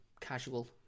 casual